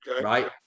Right